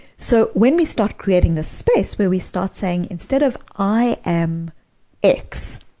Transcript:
so when we start creating this space where we start saying, instead of i am x,